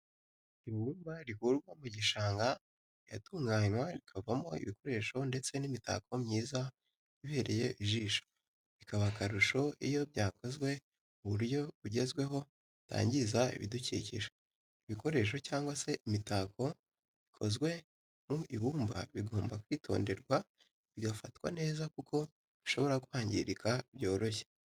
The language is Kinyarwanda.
Ibumba rikurwa mu gishanga riratunganywa rikavamo ibikoresho ndetse n'imitako myiza ibereye ijisho, bikaba akarusho iyo byakozwe mu buryo bugezweho butangiza ibidukikije. Ibikoresho cyangwa se imitako bikozwe mu ibumba bigomba kwitonderwa bigafatwa neza kuko bishobora kwangirika byoroshye.